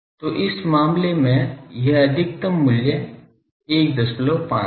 तो इस मामले में यह अधिकतम मूल्य 15 है